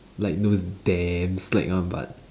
like those damn slack one but